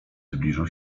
zbliżył